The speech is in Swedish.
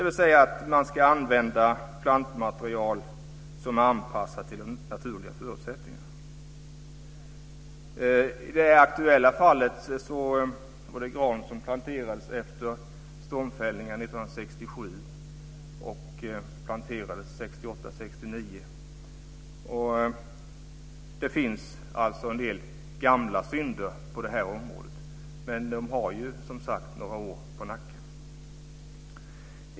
Man ska alltså använda plantmaterial som är anpassat till de naturliga förutsättningarna. I det aktuella fallet var det gran som 1968 och 1969 planterades efter stormfällningen 1967. Det finns alltså en del gamla synder på området, men de har som sagt några år på nacken.